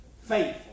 faithful